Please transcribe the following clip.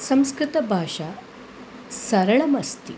संस्कृतभाषा सरलमस्ति